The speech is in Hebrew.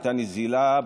הייתה נזילה,